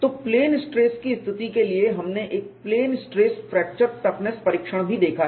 तो plane stress की स्थिति के लिए हमने एक प्लेन स्ट्रेस फ्रैक्चर टफनेस परीक्षण भी देखा है